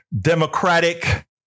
democratic